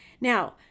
Now